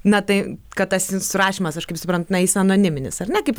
na tai kad tas surašymas aš kaip suprantu na jis anoniminis ar ne kaip